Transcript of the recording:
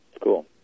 cool